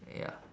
ya